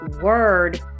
word